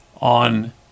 on